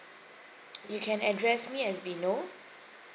you can address me as vinod